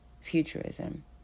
Futurism